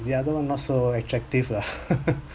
the other one not so attractive lah